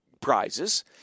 prizes